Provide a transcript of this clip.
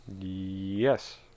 Yes